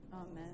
Amen